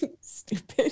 Stupid